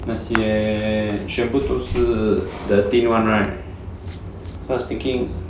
那些全部都是 the thin [one] right the sticking